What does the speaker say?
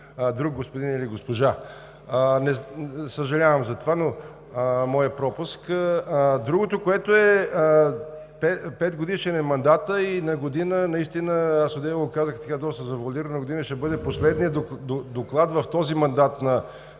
друг господин или госпожа. Съжалявам за това, но е мой пропуск. Другото, което е, петгодишен е мандатът и догодина – аз одеве го казах доста завоалирано, но догодина ще бъде последният доклад в този мандат на